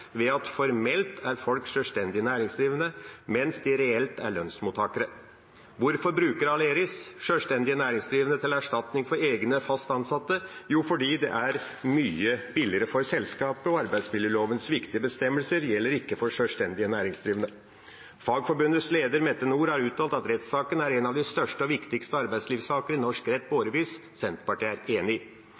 ved at folk formelt er sjølstendig næringsdrivende, mens de reelt er lønnsmottakere. Hvorfor bruker Aleris sjølstendig næringsdrivende til erstatning for egne fast ansatte? – Jo, fordi det er mye billigere for selskapet, og arbeidsmiljølovens viktige bestemmelser gjelder ikke for sjølstendig næringsdrivende. Fagforbundets leder Mette Nord har uttalt at rettssaken er en av de største og viktigste arbeidslivssaker i norsk rett i årevis. Senterpartiet er enig.